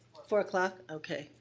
four o'clock, okay.